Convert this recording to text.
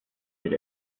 did